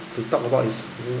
to talk about is